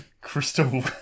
crystal